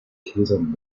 gläsern